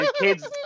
kids